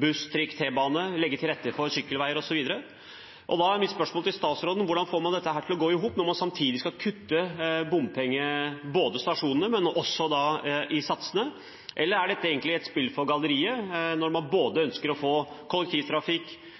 buss, trikk og T-bane, og vi trenger å legge til rette for sykkelveier osv. Da er mitt spørsmål til statsråden: Hvordan får man dette til å gå i hop når man samtidig skal kutte i bompenger – både i antall stasjoner og også satser. Er det egentlig et spill for galleriet når man ønsker å få til både kollektivtrafikk